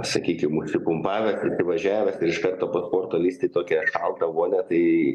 sakykim užsipumpavę ir privažiavę iš karto po sporto lįsti į tokią šaltą uodę tai